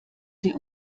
sie